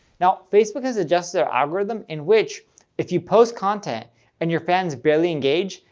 now facebook has adjusted their algorithm in which if you post content and your fans barely engage,